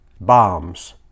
bombs